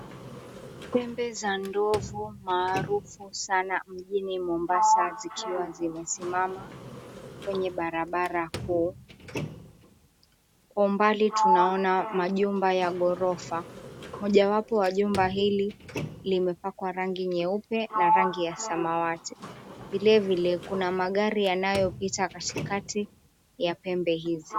Pembe za ndovu maarufu sana mjini Mombasa zikiwa zimesimama kwenye barabara kuu. Kwa umbali tunaona majumba ya ghorofa moja wapo wa jumba hili limepakwa rangi nyeupe na rangi ya samawati. Vilevile kuna magari yanayopita katikati ya pembe hizo.